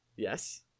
Yes